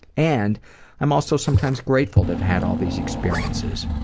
and i'm also sometimes grateful to have had all these experiences.